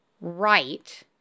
right